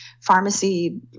pharmacy